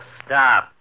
stop